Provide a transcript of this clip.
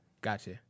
Gotcha